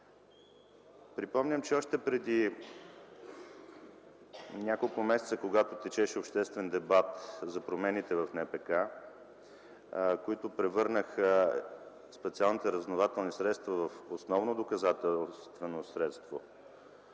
Припомням, че още преди няколко месеца, когато течеше обществен дебат за промените в НПК, които превърнаха специалните разузнавателни средства в основно доказателствено средство